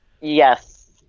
Yes